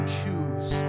choose